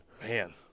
Man